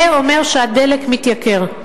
זה אומר שהדלק מתייקר.